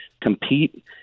compete